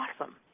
awesome